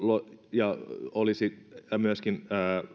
ja olisi myöskin